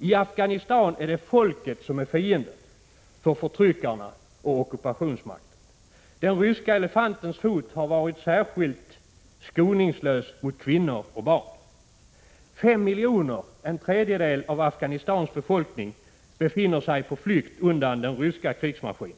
I Afghanistan är det folket som är fienden för förtryckarna och ockupationsmakten. Den ryska elefantens fot har varit särskilt skoningslös mot kvinnor och barn. Fem miljoner människor, en tredjedel av Afghanistans befolkning, befinner sig på flykt undan den ryska krigsmaskinen.